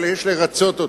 אבל יש לרצות אותו,